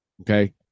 Okay